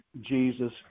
Jesus